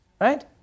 right